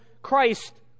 christ